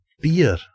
beer